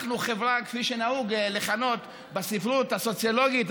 כפי שנהוג לכנות בספרות הסוציולוגית,